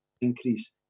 increase